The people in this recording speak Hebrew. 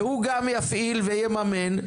והוא גם יפעיל ויממן,